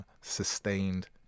sustained